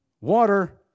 Water